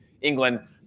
England